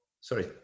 sorry